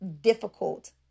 difficult